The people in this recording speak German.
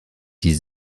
die